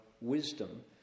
wisdom